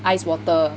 ice water